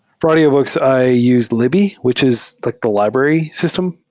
for audiobooks i use libby, which is like the library system.